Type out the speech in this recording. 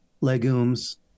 legumes